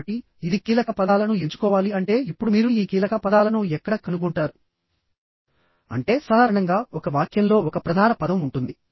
కాబట్టి ఇది కీలక పదాలను ఎంచుకోవాలి అంటే ఇప్పుడు మీరు ఈ కీలక పదాలను ఎక్కడ కనుగొంటారు అంటే సాధారణంగా ఒక వాక్యంలో ఒక ప్రధాన పదం ఉంటుంది